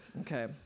Okay